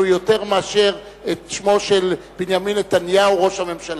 יותר מאשר את שמו של בנימין נתניהו ראש הממשלה.